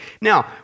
Now